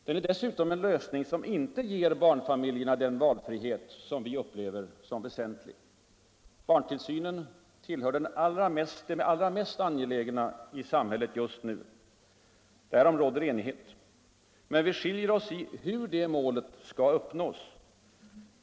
Det är dessutom en lösning som inte ger barnfamiljerna den valfrihet som vi upplever som väsentlig. Barntillsynen tillhör det allra mest angelägna i samhället just nu. Därom råder enighet. Men vi skiljer oss i hur målet skall uppnås.